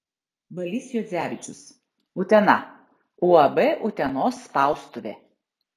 balys juodzevičius utena uab utenos spaustuvė